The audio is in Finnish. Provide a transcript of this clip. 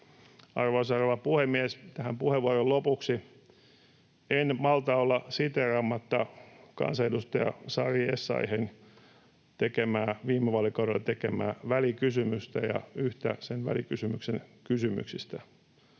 Arvoisa rouva puhemies! Tähän puheenvuoron lopuksi en malta olla siteeraamatta kansanedustaja Sari Essayahin viime vaalikaudella tekemää välikysymystä ja yhtä sen välikysymyksen kysymyksistä.